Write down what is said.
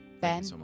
Ben